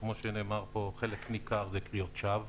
וכמו שנאמר פה חלק ניכר זה קריאות שווא,